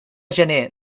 gener